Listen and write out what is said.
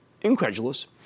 incredulous